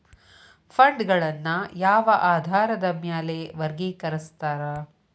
ಫಂಡ್ಗಳನ್ನ ಯಾವ ಆಧಾರದ ಮ್ಯಾಲೆ ವರ್ಗಿಕರಸ್ತಾರ